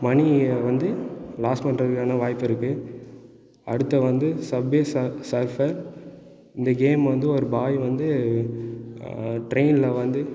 மணி வந்து லாஸ் பண்ணுறதுக்கான வாய்ப்பிருக்குது அடுத்து வந்து சப் வே சஃப்பர் இந்த கேம் வந்து ஒரு பாய் வந்து ஆ ட்ரெயினில் வந்து